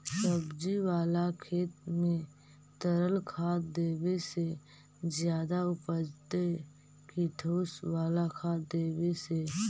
सब्जी बाला खेत में तरल खाद देवे से ज्यादा उपजतै कि ठोस वाला खाद देवे से?